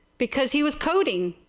because he was coding.